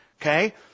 Okay